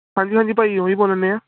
ਹਾਂਜੀ ਹਾਂਜੀ ਭਾਅ ਜੀ ਉਹੀ ਬੋਲਣ ਦਿਆਂ